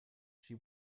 she